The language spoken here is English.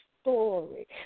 story